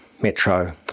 Metro